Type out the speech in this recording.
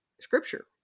scripture